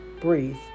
Breathe